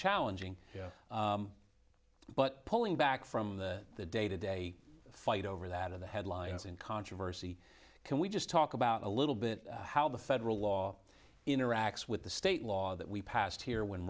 challenging but pulling back from the the day to day fight over that of the headlines and controversy can we just talk about a little bit how the federal law interacts with the state law that we passed here when